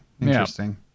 Interesting